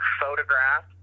photograph